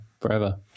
forever